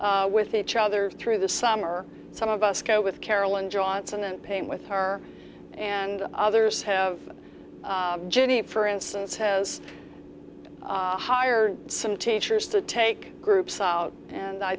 paint with each other through the summer some of us go with carolyn johnson and payne with her and others have jenny for instance has hired some teachers to take groups out and i